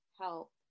help